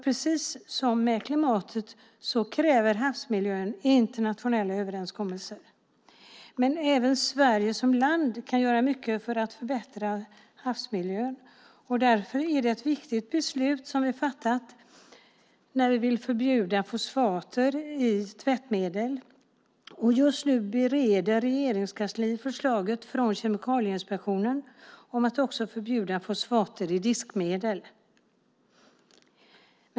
Precis som när det handlar om klimatet kräver nämligen havsmiljön internationella överenskommelser. Även Sverige som land kan göra mycket för att förbättra havsmiljön. Därför är det ett viktigt beslut som vi har fattat när vi vill förbjuda fosfater i tvättmedel. Just nu bereder Regeringskansliet förslaget från Kemikalieinspektionen om att också förbjuda fosfater i diskmedel.